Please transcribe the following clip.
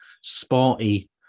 sporty